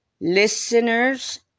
listeners